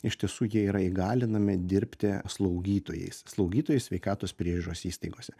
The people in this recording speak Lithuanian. iš tiesų jie yra įgalinami dirbti slaugytojais slaugytojais sveikatos priežiūros įstaigose